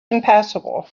impassable